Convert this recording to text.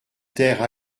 terre